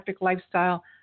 lifestyle